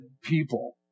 people